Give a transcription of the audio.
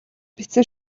бичсэн